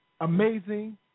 amazing